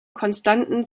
konstanten